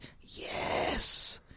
Yes